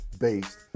based